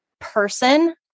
person